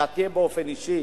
דעתי באופן אישי,